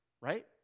Right